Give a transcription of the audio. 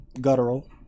guttural